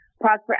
Prosper